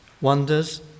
wonders